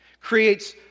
creates